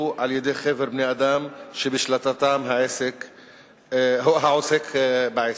על-ידי חבר בני אדם שבשליטתם העוסק בעסק.